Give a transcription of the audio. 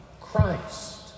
Christ